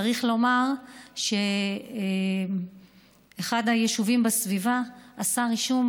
צריך לומר שאחד היישובים בסביבה עשה רישום